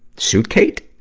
suitcate?